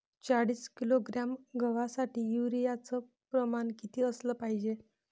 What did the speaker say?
चाळीस किलोग्रॅम गवासाठी यूरिया च प्रमान किती असलं पायजे?